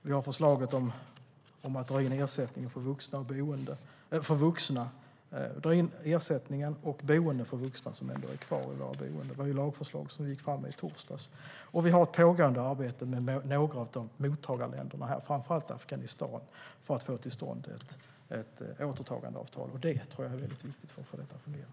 Vi har förslaget om att dra in ersättningen och boendet för vuxna som ändå är kvar eller har boende. Det var ett lagförslag som vi gick fram med i torsdags. Och vi har pågående arbeten med några av mottagarländerna, framför allt Afghanistan, för att få till stånd ett återtagandeavtal. Det tror jag är väldigt viktigt för att få detta att fungera.